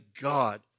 God